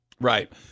Right